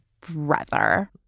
brother